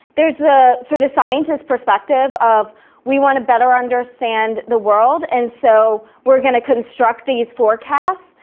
there's the sort of scientist perspective of we want to better understand the world and so we're gonna construct these forecasts,